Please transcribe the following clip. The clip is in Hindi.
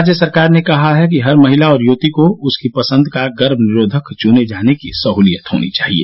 राज्य सरकार ने कहा है कि हर महिला और युवती को उसकी पसंद का गर्भ निरोधक चूने जाने की सहूलियत होनी चाहिए